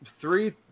Three